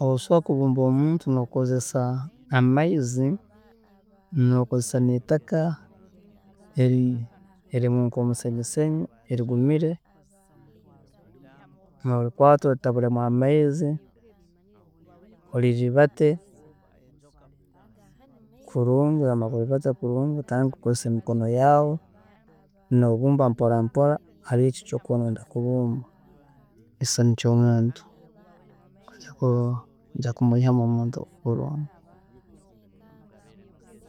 ﻿Osobola kubumba omuntu nokozesa amaizi, nokozesa neitaka eri- erirumu nkomusenyisenyi erigumire, norikwaata oritabulemu amaizi, orirubate, kulungi, omare kulirubata kulungi otandike kukozesa emikono yaawe nobumba mpora mpora hari ekyo ekyokuba noyenda kubumba, ekisani kyomuntu, aho noija kumwiihamu omuntu owu okurola ogu.